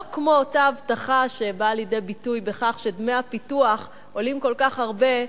לא כמו אותה הבטחה שבאה לידי ביטוי בכך שדמי הפיתוח עולים כל כך הרבה,